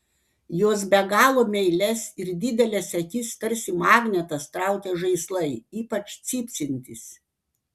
jos be galo meilias ir dideles akis tarsi magnetas traukia žaislai ypač cypsintys